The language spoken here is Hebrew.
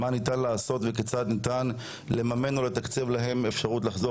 מה ניתן לעשות וכיצד ניתן לממן או לתקצב להם אפשרות לחזור